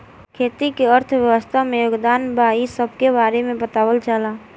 खेती के अर्थव्यवस्था में योगदान बा इ सबके बारे में बतावल जाला